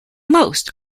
most